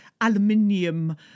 aluminium